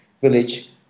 village